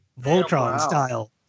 Voltron-style